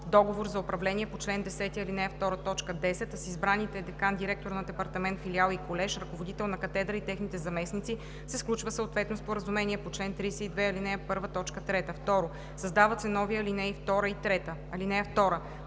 договор за управление по чл. 10, ал. 2, т. 10, а с избраните декан, директор на департамент, филиал и колеж, ръководител на катедра и техните заместници се сключва съответно споразумение по чл. 32, ал. 1, т. 3.“ 2. Създават се нови ал. 2 и 3: